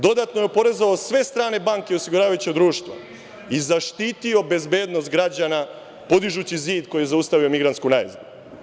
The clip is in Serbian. Dodatno je oporezovao sve strane banke i osiguravajuća društva i zaštitio bezbednost građana, podižući zid koji je zaustavio migrantsku najezdu.